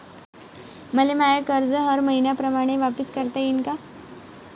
मले माय कर्ज हर मईन्याप्रमाणं वापिस करता येईन का?